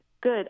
Good